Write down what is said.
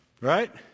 Right